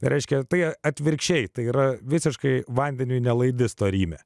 reiškia tai atvirkščiai tai yra visiškai vandeniui nelaidi storymė